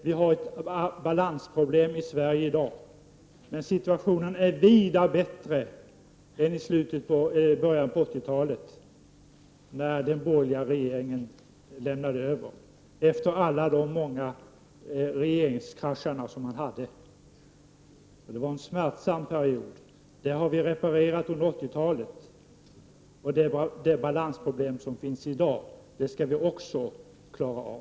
Vi har balansproblem i Sverige i dag, men situationen är vida bättre än i början på 1980-talet, när den borgerliga regeringen lämnade över efter alla de många regeringskrascher som man haft. Det var en smärtsam period. Det har vi reparerat under 1980-talet, och de balansproblem som finns i dag skall vi också klara av.